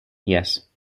yes